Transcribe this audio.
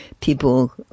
people